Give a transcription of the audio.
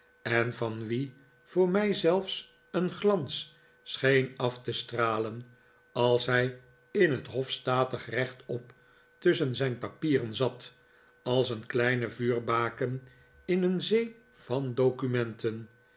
en van wien voor mij zelfs een glans scheen af te stralen als hij in het hof statig rechtop tusschen zijn papieren zat als een kleine vuurbaken in een zee van documenten